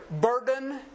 burden